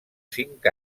cinc